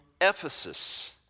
Ephesus